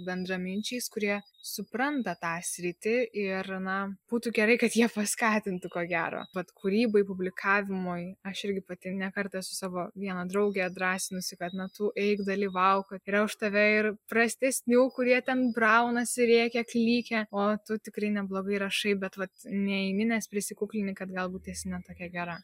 bendraminčiais kurie supranta tą sritį ir na būtų gerai kad jie paskatintų ko gero vat kūrybai publikavimui aš irgi pati ne kartą esu savo vieną draugę drąsinusi kad na tu eik dalyvauk yra už tave ir prastesnių kurie ten braunasi rėkia klykia o tu tikrai neblogai rašai bet vat neni nes prisikuklini kad galbūt esi ne tokia gera